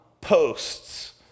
posts